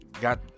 got